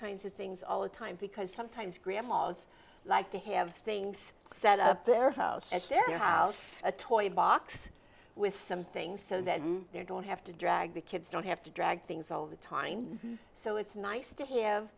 kinds of things all the time because sometimes grandmas like to have things set up their house and share their house a toy box with some things so that they don't have to drag the kids don't have to drag things all the time so it's nice to h